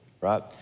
right